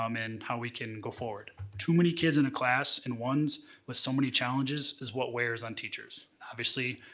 um and how we can go forward. too many kids in a class and ones with so many challenges is what wears on teachers. obviously,